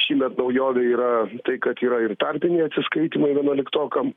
šįmet naujovė yra tai kad yra ir tarpiniai atsiskaitymai vienuoliktokam